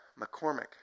McCormick